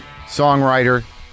songwriter